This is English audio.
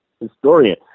historian